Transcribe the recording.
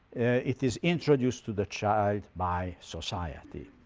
it is introduced to the child by society.